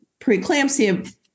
preeclampsia